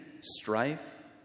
strife